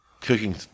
cooking